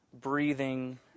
breathing